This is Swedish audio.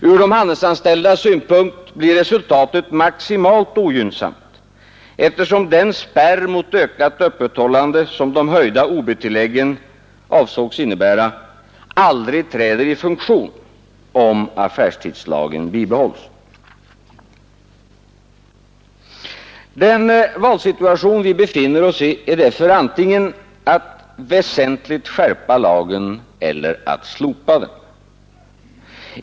Från de handelsanställdas synpunkt blir resultatet maximalt ogynnsamt, eftersom den spärr mot ökat öppethållande som de höjda ob-tilläggen avsågs innebära aldrig träder i funktion om affärstidslagen bibehålls. Den valsituation vi befinner oss i är därför antingen att väsentligt skärpa lagen eller att slopa den.